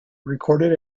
recorded